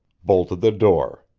bolted the door.